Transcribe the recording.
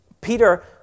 Peter